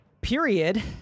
Period